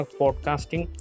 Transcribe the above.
podcasting